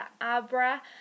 Abra